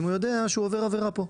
אם הוא יודע שהוא עובר עבירה פה,